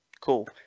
Cool